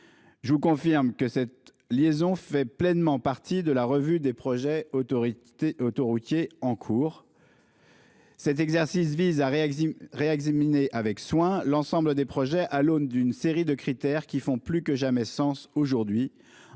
Je vous confirme que cette liaison fait pleinement partie de la revue des projets autoroutiers en cours. Cet exercice vise à réexaminer avec soin l'ensemble des projets à l'aune d'une série de critères dont le choix est plus que